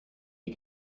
you